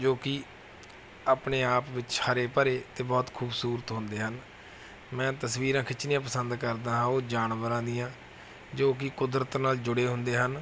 ਜੋ ਕਿ ਆਪਣੇ ਆਪ ਵਿਚ ਹਰੇ ਭਰੇ ਅਤੇ ਬਹੁਤ ਖੂਬਸੂਰਤ ਹੁੰਦੇ ਹਨ ਮੈਂ ਤਸਵੀਰਾਂ ਖਿਚਣੀਆਂ ਪਸੰਦ ਕਰਦਾ ਹਾਂ ਉਹ ਜਾਨਵਰਾਂ ਦੀਆਂ ਜੋ ਕਿ ਕੁਦਰਤ ਨਾਲ ਜੁੜੇ ਹੁੰਦੇ ਹਨ